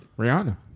Rihanna